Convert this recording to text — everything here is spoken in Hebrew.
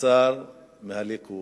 ושר מהליכוד,